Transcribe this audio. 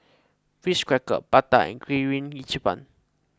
Ritz Crackers Bata and Kirin Ichiban